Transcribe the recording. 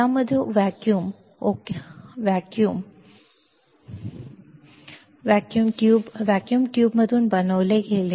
यामध्ये op amp vacuum tube vacuum ट्यूबमधून बनवले गेले